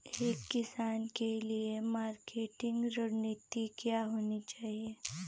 एक किसान के लिए मार्केटिंग रणनीति क्या होनी चाहिए?